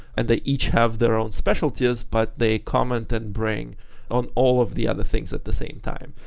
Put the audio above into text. and they each have their own specialties but they comment and bring on all of the other things at the same time.